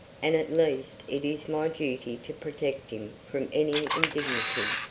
and at least it is my duty to protect him from any indignity,